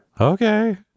Okay